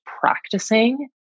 practicing